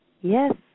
Yes